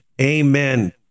Amen